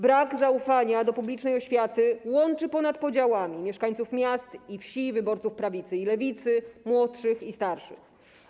Brak zaufania do publicznej oświaty łączy ponad podziałami mieszkańców miast i wsi, wyborców prawicy i lewicy, młodszych i starszych.